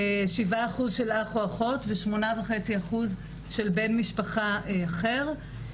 7% של אח או אחות, ו-8.5% של בן משפחה אחר.